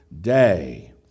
day